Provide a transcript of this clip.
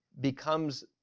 becomes